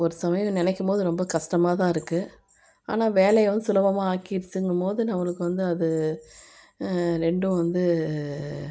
ஒரு சமயம் நினைக்கும் போது ரொம்ப கஷ்டமாகதான் இருக்கு ஆனால் வேலையை வந்து சுலபமாக ஆக்கிருச்சுங்கும் போது நம்மளுக்கு வந்து அது ரெண்டும் வந்து